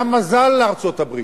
היה מזל לארצות-הברית.